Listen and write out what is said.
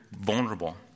vulnerable